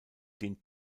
den